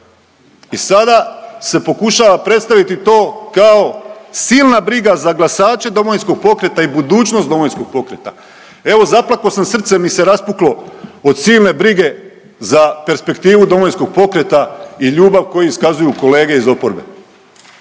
i sada se pokušava predstaviti to kao silna briga za glasače Domovinskog pokreta i budućnost Domovinskog pokreta. Evo zaplako sam, srce mi se raspuklo od silne brige za perspektivu Domovinskog pokreta i ljubav koju iskazuju kolege iz oporbe.